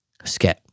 Sket